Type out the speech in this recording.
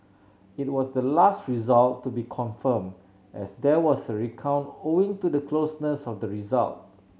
it was the last result to be confirmed as there was a recount owing to the closeness of the result